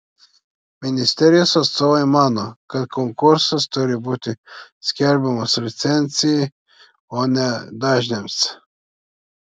ministerijos atstovai mano kad konkursas turi būti skelbiamas licencijai o ne dažniams